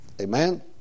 Amen